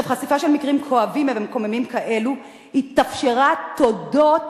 חשיפה של מקרים כואבים ומקוממים כאלה התאפשרה הודות